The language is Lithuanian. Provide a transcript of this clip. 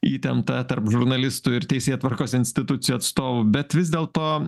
įtemptą tarp žurnalistų ir teisėtvarkos institucijų atstovų bet vis dėlto